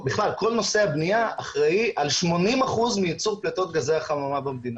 נושא הבנייה אחראי על 80% מייצור פליטות גזי החממה במדינה.